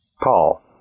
Paul